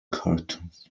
cartoons